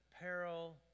peril